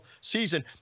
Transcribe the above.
season